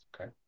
okay